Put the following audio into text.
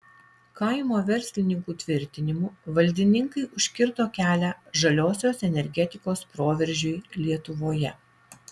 kaimo verslininkų tvirtinimu valdininkai užkirto kelią žaliosios energetikos proveržiui lietuvoje